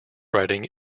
riding